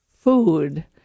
food